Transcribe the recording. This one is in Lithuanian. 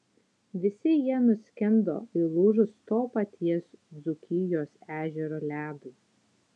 visi jie nuskendo įlūžus to paties dzūkijos ežero ledui